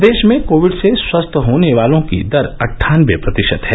प्रदेश में कोविड से स्वस्थ होने वालों की दर अट्ठानबे प्रतिशत है